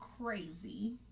crazy